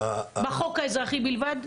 בחוק האזרחי בלבד?